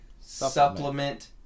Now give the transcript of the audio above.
supplement